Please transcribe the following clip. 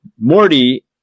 morty